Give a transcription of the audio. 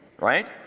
right